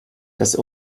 das